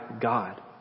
God